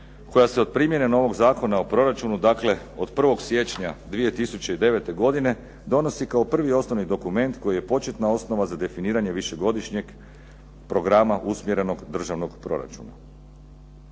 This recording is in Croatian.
koja se od primjene novog zakona o proračunu dakle od 1. siječnja 2009. godine donosi kao prvi osnovni dokument koji je početna osnova za definiranje višegodišnjeg programa usmjerenog državnog proračuna.